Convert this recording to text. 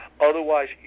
Otherwise